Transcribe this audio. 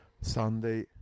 Sunday